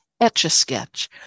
Etch-a-Sketch